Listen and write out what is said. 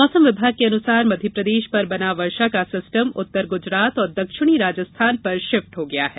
मौसम विभाग के अनुसार मध्यप्रदेश पर बना वर्षा का सिस्टम उत्तर गुजरात और दक्षिणी राजस्थान पर सिफ्ट हो गया है